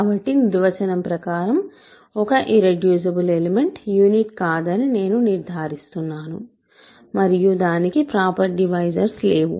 కాబట్టినిర్వచనం ప్రకారం ఒక irreducible element unit కాదని నేను నిర్ధారిస్తున్నాను మరియు దానికి ప్రాపర్ డివైజర్స్ లేవు